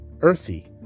earthy